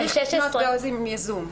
צריך לפנות באופן יזום.